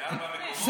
מארבעה מקומות?